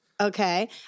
Okay